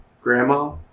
grandma